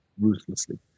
ruthlessly